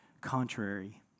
contrary